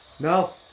No